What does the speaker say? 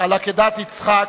על עקדת יצחק,